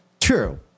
True